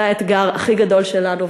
זה האתגר הכי גדול שלנו.